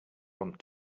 want